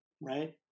right